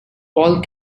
all